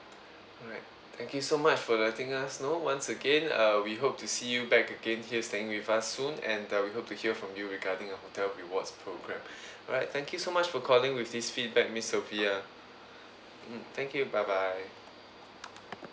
alright thank you so much for letting us know once again uh we hope to see you back again here staying with us soon and uh we hope to hear from you regarding the hotel rewards programme alright thank you so much for calling with these feedback miss sophia mm thank you bye bye